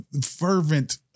fervent